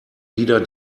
wieder